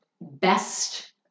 best